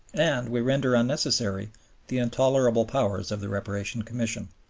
and we render unnecessary the intolerable powers of the reparation commission.